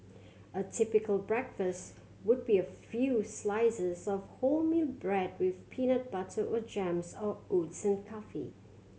a typical breakfast would be a few slices of wholemeal bread with peanut butter or jams or oats and coffee